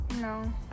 No